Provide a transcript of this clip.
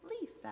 Lisa